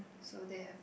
so they have